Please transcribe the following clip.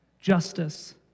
Justice